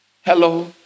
Hello